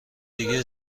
دیگه